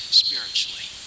spiritually